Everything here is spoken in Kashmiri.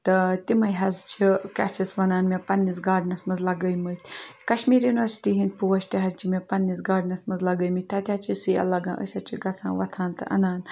تہٕ تِمَے حظ چھِ کیٛاہ چھِس وَنان مےٚ پَننِٛس گاڈنَس منٛز لَگٲمٕتۍ کَشمیٖر یوٗنیورسٹی ہِنٛدۍ پوش تہِ حظ چھِ مےٚ پَنٛنِس گاڈنَس منٛز لَگٲمٕتۍ تَتہِ حظ چھِ سیل لَگان أسۍ حظ چھِ گژھان وۄتھان تہٕ اَنان